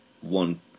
one